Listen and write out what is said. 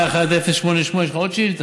שאילתה מס' 1088. יש לך עוד שאילתה.